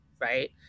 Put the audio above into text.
right